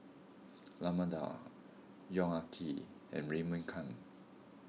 Raman Daud Yong Ah Kee and Raymond Kang